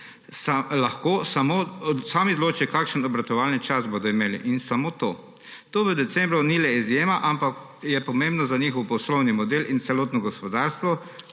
lahko sami odločijo, kakšen obratovalni čas bodo imeli; in samo to. To v decembru ni le izjemno pomembno za njihov poslovni model in celotno gospodarstvo,